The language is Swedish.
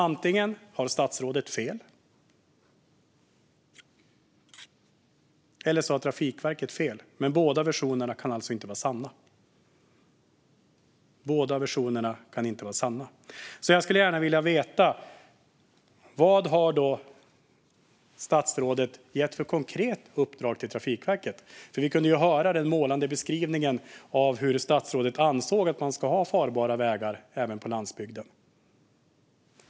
Antingen har statsrådet fel eller så har Trafikverket fel, men båda versionerna kan inte vara sanna. Jag skulle gärna vilja veta: Vad har statsrådet gett för konkret uppdrag till Trafikverket? Vi kunde höra den målande beskrivningen från statsrådet om hur han anser att man ska ha farbara vägar även på landsbygden.